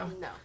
No